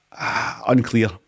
Unclear